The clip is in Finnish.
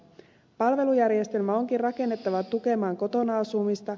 palvelujärjestelmä onkin rakennettava tukemaan kotona asumista